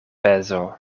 pezo